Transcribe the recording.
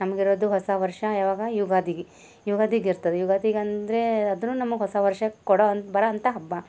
ನಮ್ಗೆ ಇರೋದು ಹೊಸ ವರ್ಷ ಯಾವಾಗ ಯುಗಾದಿಗೆ ಯುಗಾದಿಗೆ ಇರ್ತದೆ ಯುಗಾದಿಗಂದರೆ ಅದನ್ನು ನಮಗೆ ಹೊಸ ವರ್ಷ ಕೊಡೋವನ್ ಬರುವಂಥ ಹಬ್ಬ